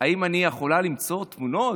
אם אני יכול למצוא תמונות,